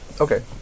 Okay